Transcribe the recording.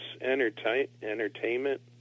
entertainment